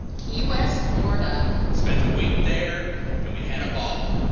key west, fla and spent a week there and we had a ball.